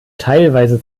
teilweise